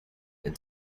and